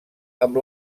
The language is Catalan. amb